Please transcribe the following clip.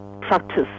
practice